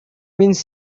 means